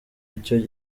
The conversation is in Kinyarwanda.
icyo